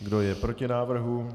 Kdo je proti návrhu?